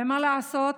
ומה לעשות,